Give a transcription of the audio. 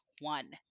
one